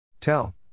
Tell